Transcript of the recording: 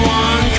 one